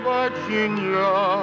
Virginia